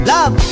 Love